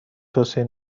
توصیه